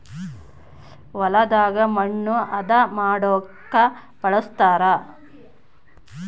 ಹೊಲದಾಗ ಮಣ್ಣು ಹದ ಮಾಡೊಕ ಬಳಸ್ತಾರ